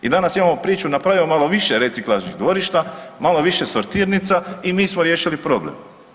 I danas imamo priču, napravio malo više reciklažnih dvorišta, malo više sortirnica i mi smo riješili problem.